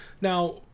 now